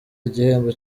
igihembo